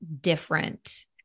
different